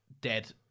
dead